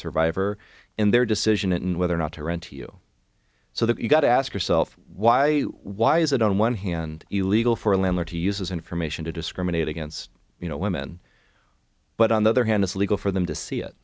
survivor and their decision in whether or not to rent to you so that you've got to ask yourself why why is it on one hand illegal for a landlord to use his information to discriminate against you know women but on the other hand it's legal for them to see it